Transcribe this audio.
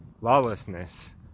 lawlessness